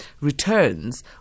returns